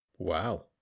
wow